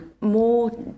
more